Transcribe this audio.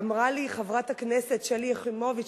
אמרה לי חברת הכנסת שלי יחימוביץ,